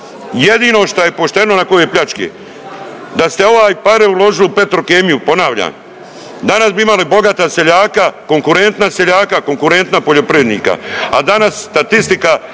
jedino što je pošteno nakon ove pljačke. Da ste ove pare uložili u Petrokemiju ponavljam danas bi imali bogata seljaka, konkurentna seljaka, konkurentna poljoprivrednika, a danas statistika